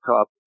Cup